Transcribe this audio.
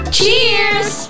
Cheers